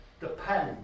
depends